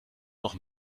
noch